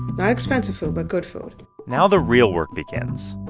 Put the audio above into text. not expensive food but good food now the real work begins.